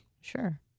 Sure